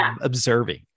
observing